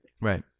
right